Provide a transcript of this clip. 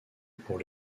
pour